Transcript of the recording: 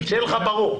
שיהיה לך ברור.